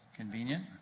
convenient